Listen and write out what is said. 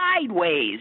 sideways